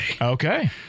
Okay